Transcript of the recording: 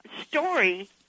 story